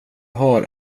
har